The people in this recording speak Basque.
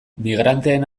migranteen